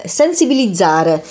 sensibilizzare